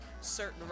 certain